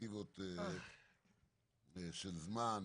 בפרספקטיבות של זמן